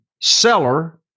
seller